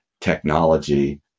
technology